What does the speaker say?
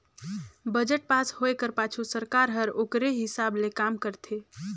budget pass होए कर पाछू सरकार हर ओकरे हिसाब ले काम करथे